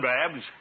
Babs